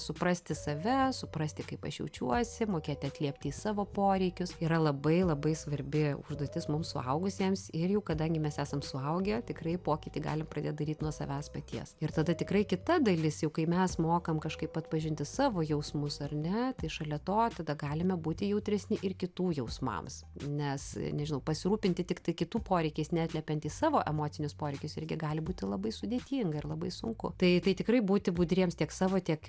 suprasti save suprasti kaip aš jaučiuosi mokėti atliepti į savo poreikius yra labai labai svarbi užduotis mums suaugusiems ir jau kadangi mes esam suaugę tikrai pokytį galim pradėt daryt nuo savęs paties ir tada tikrai kita dalis jau kai mes mokam kažkaip atpažinti savo jausmus ar ne tai šalia to tada galime būti jautresni ir kitų jausmams nes nežinau pasirūpinti tiktai kitų poreikiais neatliepiant į savo emocinius poreikius irgi gali būti labai sudėtinga ir labai sunku tai tai tikrai būti budriems tiek savo tiek